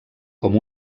com